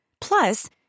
Plus